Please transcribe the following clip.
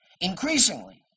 Increasingly